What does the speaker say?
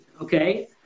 okay